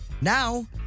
Now